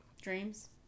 Dreams